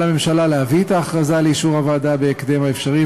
על הממשלה להביא את ההכרזה לאישור הוועדה בהקדם האפשרי,